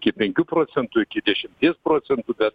iki penkių procentų iki dešimties procentų bet